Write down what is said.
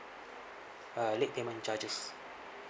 uh late payment charges